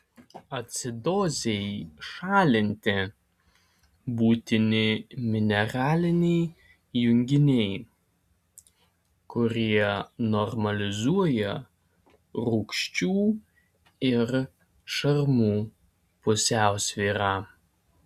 acidozei šalinti būtini mineraliniai junginiai kurie normalizuoja rūgščių ir šarmų pusiausvyrą